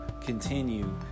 continue